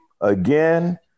Again